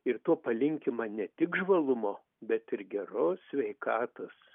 ir tuo palinkima ne tik žvalumo bet ir geros sveikatos